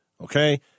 Okay